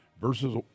versus